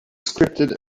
scripted